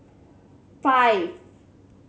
five